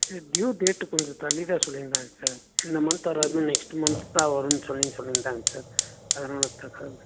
sir due date கொஞ்சம் தள்ளிதான் சொல்லியிருந்தாங்க சார் இந்த மந்த் வராது நெக்ஸ்ட் மந்த் தான் வருருன்னு சொல்லின்னனு சொல்லியிருந்தாங்க சார் அதனால் தாங்க